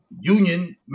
union